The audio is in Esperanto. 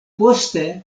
poste